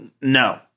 No